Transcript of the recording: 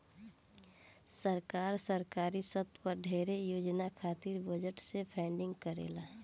सरकार, सरकारी स्तर पर ढेरे योजना खातिर बजट से फंडिंग करेले